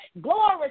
Glory